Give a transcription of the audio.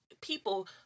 people